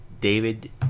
David